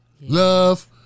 love